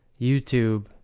YouTube